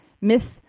Miss